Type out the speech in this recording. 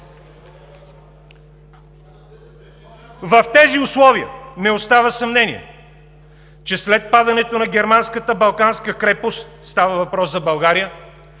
„В тези условия не остава съмнение, че след падането на германската балканска крепост – става въпрос за България